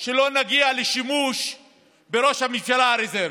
שלא נגיע לשימוש בראש הממשלה הרזרבי,